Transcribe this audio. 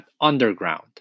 underground